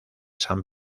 san